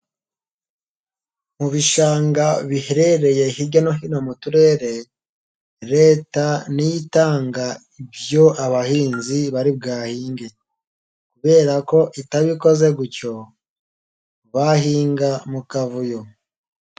Mu bishanga biherereye hirya no hino mu turere, Leta ni yo itanga ibyo abahinzi bari bwahinge kubera ko itabikoze gutyo bahinga mu kavuyo.